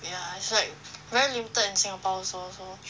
ya it's like very little in singapore also so